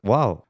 Wow